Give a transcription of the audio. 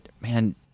man